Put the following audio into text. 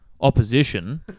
Opposition